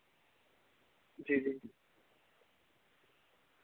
जी जी